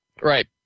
Right